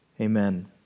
amen